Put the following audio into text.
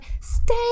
stay